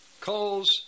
calls